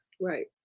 Right